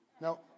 no